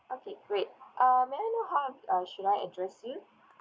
okay great um may I know how uh should I address you